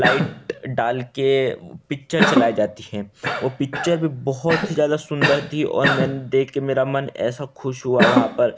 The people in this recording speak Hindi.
लाइट डाल कर पिक्चर चलाई जाती हैं वो पिक्चर भी बहुत ही ज़्यादा सुन्दर थी और मैंने देख कर मेरा मन ऐसा खुश हुआ वहाँ पर